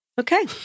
Okay